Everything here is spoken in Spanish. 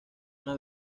una